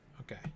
Okay